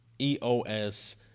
eos